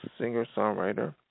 singer-songwriter